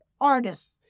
artists